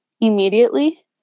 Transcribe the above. immediately